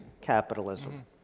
capitalism